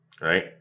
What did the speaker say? right